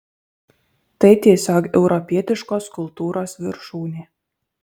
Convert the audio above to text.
tai tiesiog europietiškos kultūros viršūnė